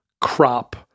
crop